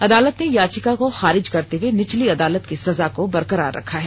अदालत ने याचिका को खारिज करते हुए निचली अदालत की सजा को बरकरार रखा है